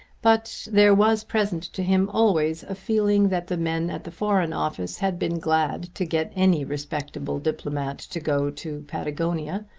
but there was present to him always a feeling that the men at the foreign office had been glad to get any respectable diplomate to go to patagonia,